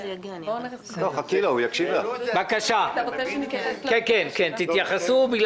בבקשה, תתייחסו.